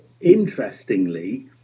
Interestingly